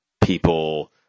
people